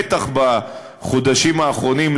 בטח בחודשים האחרונים,